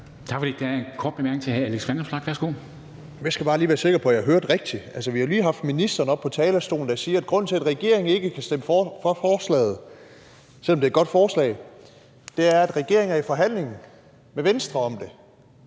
Værsgo. Kl. 12:37 Alex Vanopslagh (LA): Jeg skal bare lige være sikker på, at jeg hørte rigtigt. Vi har jo lige haft ministeren på talerstolen, og han sagde, at grunden til, at regeringen ikke kan stemme for forslaget, selv om det er et godt forslag, er, at regeringen er i forhandling med Venstre om det.